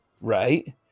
Right